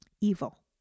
evil